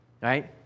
right